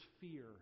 fear